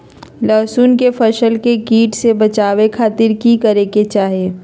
लहसुन के फसल के कीट से बचावे खातिर की करे के चाही?